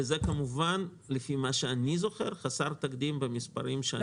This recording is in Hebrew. וזה כמובן, לפי מה שאני זוכר, חסר תקדים במספרים.